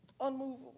unmovable